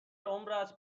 عمرت